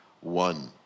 one